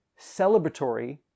celebratory